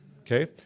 Okay